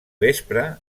vespre